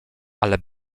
ale